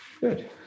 Good